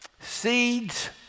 Seeds